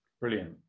Brilliant